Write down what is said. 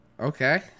Okay